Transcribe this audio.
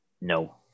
no